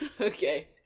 okay